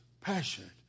passionate